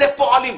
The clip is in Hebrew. אלה פועלים,